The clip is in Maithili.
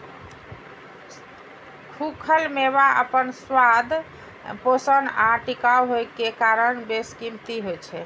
खूखल मेवा अपन स्वाद, पोषण आ टिकाउ होइ के कारण बेशकीमती होइ छै